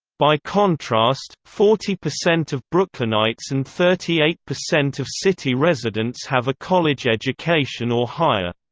by contrast, forty percent of brooklynites and thirty eight percent of city residents have a college education or higher.